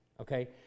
okay